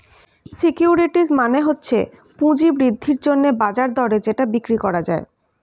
securities মানে হচ্ছে পুঁজি বৃদ্ধির জন্যে বাজার দরে যেটা বিক্রি করা যায়